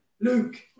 Luke